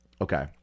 Okay